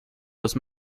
los